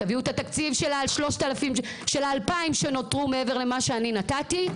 תביאו את התקציב שלה על 2000 שנותרו מעבר למה שאני נתתי,